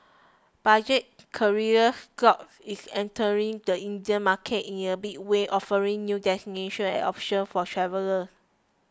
budget carrier Scoot is entering the Indian market in a big way offering new destinations and options for travellers